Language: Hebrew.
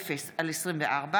עבאס,